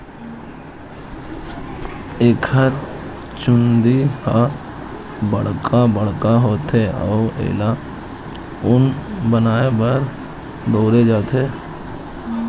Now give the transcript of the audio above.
एकर चूंदी ह बड़का बड़का होथे अउ एला ऊन बनाए बर बउरे जाथे